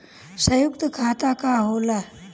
सयुक्त खाता का होला?